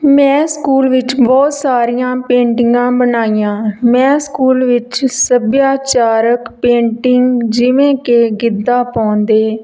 ਮੈਂ ਸਕੂਲ ਵਿੱਚ ਬਹੁਤ ਸਾਰੀਆਂ ਪੇਂਟਿੰਗਾਂ ਬਣਾਈਆਂ ਮੈਂ ਸਕੂਲ ਵਿੱਚ ਸੱਭਿਆਚਾਰਕ ਪੇਂਟਿੰਗ ਜਿਵੇਂ ਕਿ ਗਿੱਧਾ ਪਾਉਂਦੇ